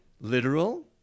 literal